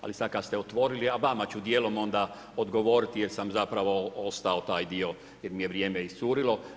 Ali sad kad ste otvorili, a vama ću dijelom odgovoriti jer sam zapravo ostao taj dio, jer mi je vrijeme iscurilo.